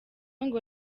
ngo